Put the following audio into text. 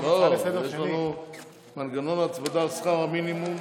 יש לנו מנגנון הצמדה על שכר המינימום,